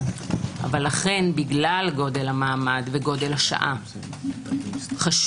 אבל בגלל גודל המעמד וגודל השעה חשוב,